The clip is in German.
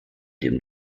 dem